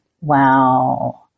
Wow